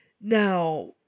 Now